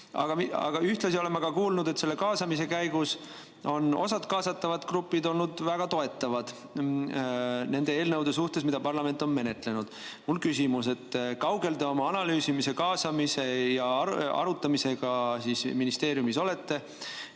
Aga ühtlasi oleme kuulnud, et selle kaasamise käigus on osa kaasatavaid gruppe olnud väga toetavad nende eelnõude suhtes, mida parlament on menetlenud. Mul on küsimus: kui kaugel te oma analüüsimise, kaasamise ja arutamisega ministeeriumis olete?